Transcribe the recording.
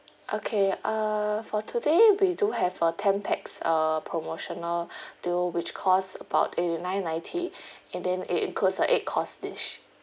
okay uh for today we do have a ten pax uh promotional deal which costs about a nine ninety and then it includes a eight course dish